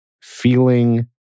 feeling